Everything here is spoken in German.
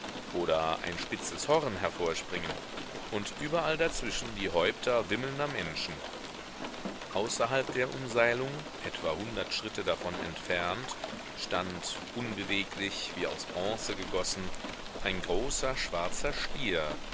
oder ein spitzes horn hervorspringen und überall dazwischen die häupter wimmelnder menschen außerhalb der umseilung etwa hundert schritte davon entfernt stand unbeweglich wie aus bronze gegossen ein großer schwarzer stier